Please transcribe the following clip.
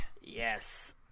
Yes